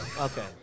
Okay